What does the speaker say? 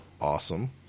awesome